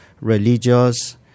religious